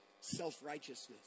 self-righteousness